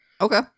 Okay